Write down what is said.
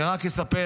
אני רק אספר,